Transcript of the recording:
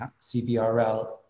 CBRL